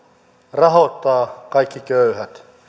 rahoittaa kaikki köyhät